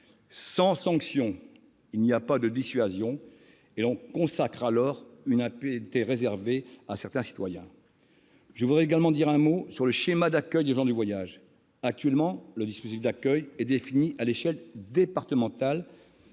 Sans sanction, il n'y a pas de dissuasion, et l'on consacre alors une impunité réservée à certains citoyens ! Je voudrais également dire un mot sur le schéma d'accueil des gens du voyage. Actuellement, le dispositif d'accueil est défini à l'échelle départementale.